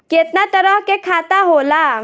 केतना तरह के खाता होला?